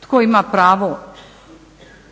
tko ima pravo voditi